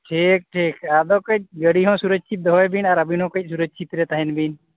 ᱴᱷᱤᱠ ᱴᱷᱤᱠ ᱟᱫᱚ ᱠᱟᱹᱡ ᱜᱟᱹᱰᱤ ᱦᱚᱸ ᱥᱩᱨᱚᱥᱪᱷᱤᱛ ᱫᱚᱦᱚᱭᱵᱤᱱ ᱟᱨ ᱟᱵᱤᱱᱦᱚᱸ ᱠᱟᱹᱡ ᱥᱩᱨᱥᱪᱷᱤᱛᱨᱮ ᱛᱟᱦᱮᱱᱵᱤᱱ